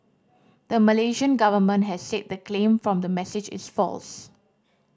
the Malaysian government has said the claim from the message is false